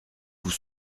vous